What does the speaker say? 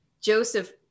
Joseph